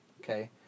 Okay